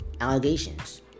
allegations